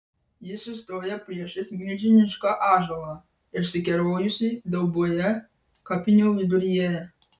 ji sustojo priešais milžinišką ąžuolą išsikerojusį dauboje kapinių viduryje